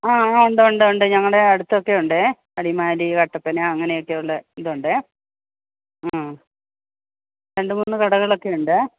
ആ ഉണ്ട് ഉണ്ട് ഞങ്ങളുടെ അടുത്തൊക്കെ ഉണ്ട് അടിമാലി കട്ടപ്പന അങ്ങനെയൊക്കെയുള്ള ഇത് ഉണ്ട് രണ്ടു മൂന്നു കടകളൊക്കെ ഉണ്ട്